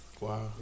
Wow